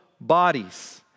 bodies